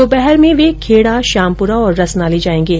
दोपहर में वे खेड़ा श्यामपुरा और रसनाली जायेंगे